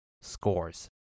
scores